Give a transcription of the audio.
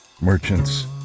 merchants